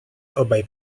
obaj